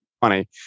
funny